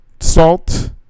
Salt